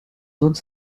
zones